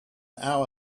hour